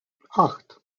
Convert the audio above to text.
acht